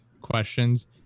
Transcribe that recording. questions